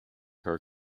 her